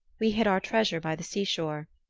we hid our treasure by the seashore,